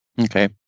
Okay